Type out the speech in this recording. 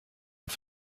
und